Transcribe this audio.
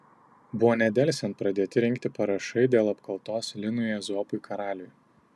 buvo nedelsiant pradėti rinkti parašai dėl apkaltos linui ezopui karaliui